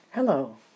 Hello